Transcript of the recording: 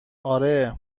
آره